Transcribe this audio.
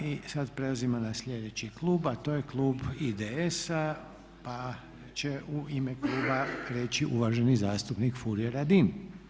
I sad prelazimo na sljedeći klub, a to je klub IDS-a pa će u ime kluba reći uvaženi zastupnik Furio Radin.